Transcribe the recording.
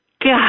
God